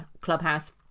Clubhouse